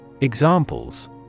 Examples